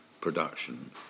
production